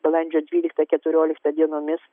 balandžio dvyliktą keturioliktą dienomis